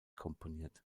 komponiert